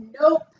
Nope